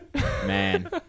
man